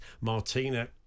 Martina